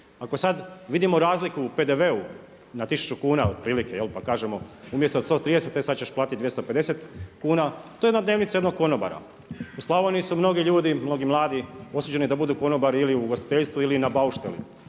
Ako sada vidimo razliku u PDV-u na tisuću kuna otprilike jel, pa kažemo umjesto 130 e sada ćeš platiti 250 kuna to je dnevnica jednog konobara. U Slavoniji su mnogi ljudi, mnogi mladi osuđeni da budu konobari ili u ugostiteljstvu ili na baušteli,